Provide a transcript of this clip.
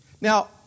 Now